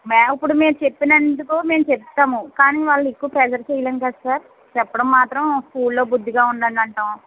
ma'am ఇప్పుడు మేము చెప్పినందుకు మేము చెప్తాము కానీ వాళ్ళని ఎక్కువ ప్రెజర్ చెయ్యలేము కదా సార్ చెప్పడం మాత్రం స్కూల్లో బుద్ధిగా ఉండండంటాము